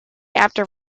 after